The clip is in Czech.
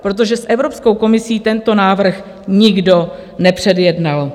Protože s Evropskou komisí tento návrh nikdo nepředjednal.